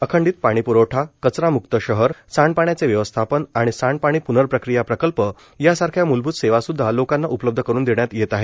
अखंडीत पाणीप्रवठा कचरा म्क्त शहर सांडपाण्याचे व्यवस्थापन आणि सांडपाणी प्नर्प्रक्रिया प्रकल्प यासारख्या मुलभूत सेवासुदधा लोकांना उपलब्ध करून देण्यात येत आहेत